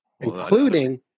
including